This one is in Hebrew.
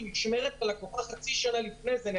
היא נשמרת ללקוחה חצי שנה לפני זה.